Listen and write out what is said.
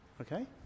Okay